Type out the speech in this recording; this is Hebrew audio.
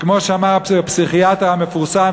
וכמו שאמר הפסיכיאטר המפורסם,